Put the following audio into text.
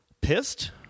Pissed